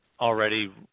already